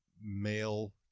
male